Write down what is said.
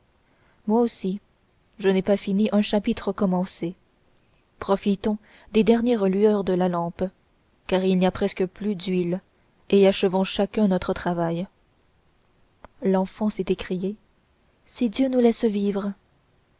moi aussi je n'ai pas fini un chapitre commencé profitons des dernières lueurs de la lampe car il n'y a presque plus d'huile et achevons chacun notre travail l'enfant s'est écrié si dieu nous laisse vivre